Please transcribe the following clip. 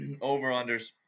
over-unders